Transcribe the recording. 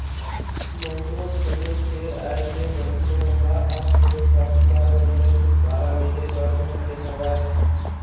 micro finance के आय ले मनखे मन ल अब सेठ साहूकार मन ले छूटकारा मिले बर धर ले हवय